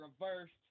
reversed